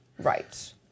Right